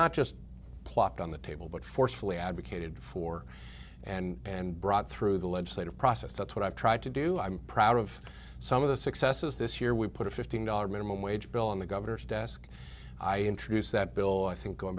not just plopped on the table but forcefully advocated for and brought through the legislative process that's what i've tried to do i'm proud of some of the successes this year we put a fifteen dollars minimum wage bill on the governor's desk i introduced that bill i think going